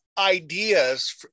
ideas